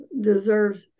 deserves